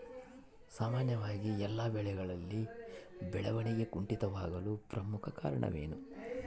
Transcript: ಸಾಮಾನ್ಯವಾಗಿ ಎಲ್ಲ ಬೆಳೆಗಳಲ್ಲಿ ಬೆಳವಣಿಗೆ ಕುಂಠಿತವಾಗಲು ಪ್ರಮುಖ ಕಾರಣವೇನು?